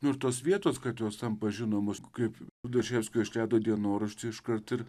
nu ir tos vietos kad jos tampa žinomos kaip duževskioišleido dienoraštį iškart ir